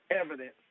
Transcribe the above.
evidence